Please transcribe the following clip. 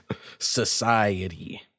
Society